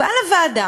בא לוועדה,